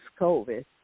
COVID